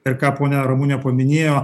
ir ką ponia ramunė paminėjo